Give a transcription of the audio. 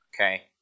Okay